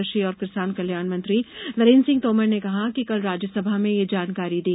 कृषि और किसान कल्याण मंत्री नरेन्द्र सिंह तोमर ने कल राज्यसभा में ये जानकारी दी